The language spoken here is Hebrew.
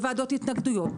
בוועדות התנגדויות,